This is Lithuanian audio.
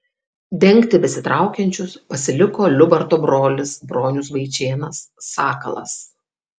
dengti besitraukiančius pasiliko liubarto brolis bronius vaičėnas sakalas